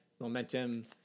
momentum